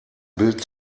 bild